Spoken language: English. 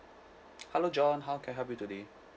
hello john how can I help you today